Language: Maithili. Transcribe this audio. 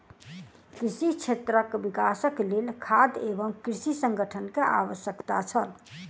कृषि क्षेत्रक विकासक लेल खाद्य एवं कृषि संगठन के आवश्यकता छल